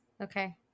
okay